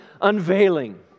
unveiling